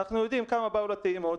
אנחנו יודעים כמה באו לטעימות,